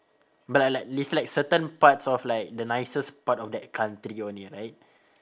but like like it's like certain parts of like the nicest part of that country only right